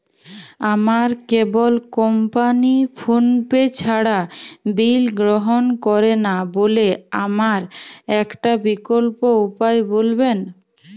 আমার cable company PhonePe ছাড়া bill গ্রহণ করে না বলে আমার একটা বিকল্প উপায় বলবেন?